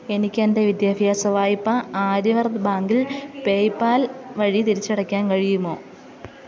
എനിക്കെൻ്റെ വിദ്യാഭ്യാസ വായ്പ ആര്യവ്രത് ബാങ്കിൽ പേയ്പാൽ വഴി തിരിച്ചടയ്ക്കാൻ കഴിയുമോ